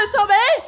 Tommy